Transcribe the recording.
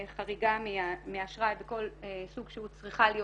לפתח תחרות בשוק הסליקה ובשוק הניכיון ולתת